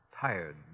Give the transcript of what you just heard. tired